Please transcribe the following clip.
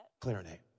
Clarinet